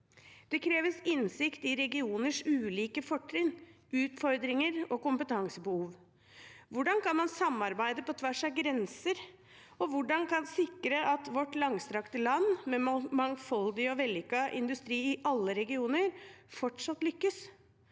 Det kreves innsikt i regioners ulike fortrinn, utfordringer og kompetansebehov. Hvordan kan man samarbeide på tvers av grenser, og hvordan kan man sikre at vårt langstrakte land med mangfoldig og vellykket industri i alle regioner fortsatt lykkes?